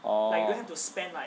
oh